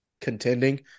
contending